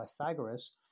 Pythagoras